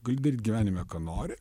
gali daryt gyvenime ką nori